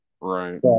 right